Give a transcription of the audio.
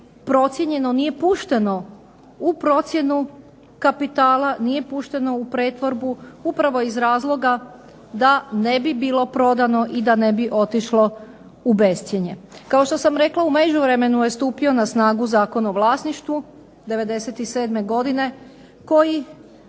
nije pušteno u procjenu kapitala, nije pušteno u pretvorbu upravo iz razloga da ne bi bilo prodano i da ne bi otišlo u bescjenje. Kao što sam rekla u međuvremenu je stupio na snagu Zakon o vlasništvu '97. godine koji